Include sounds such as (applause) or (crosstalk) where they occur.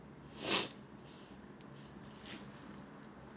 (breath)